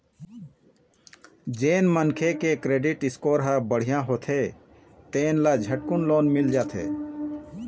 जेन मनखे के क्रेडिट स्कोर ह बड़िहा होथे तेन ल झटकुन लोन मिल जाथे